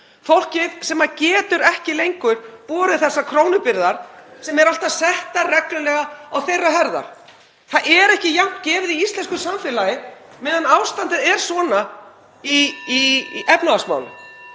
fólkið sem getur ekki lengur borið þessar krónubyrðar sem eru alltaf settar reglulega á þeirra herðar. Það er ekki jafnt gefið í íslensku samfélagi meðan ástandið er svona í efnahagsmálum,